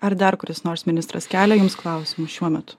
ar dar kuris nors ministras kelia jums klausimų šiuo metu